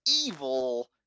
evil